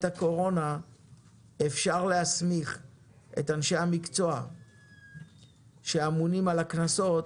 הקורונה אפשר להסמיך את אנשי המקצוע שאמונים על הקנסות